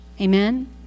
Amen